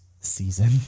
season